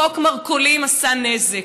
חוק המרכולים עשה נזק.